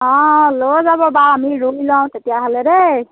অঁ লৈ যাব বাৰু আমি ৰুই লওঁ তেতিয়াহ'লে দেই